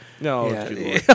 No